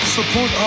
Support